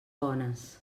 bones